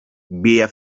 beer